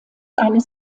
eines